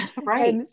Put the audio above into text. right